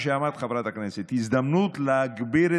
חברי הכנסת, חברי הכנסת, אתם לא רוצים להקשיב.